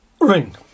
ring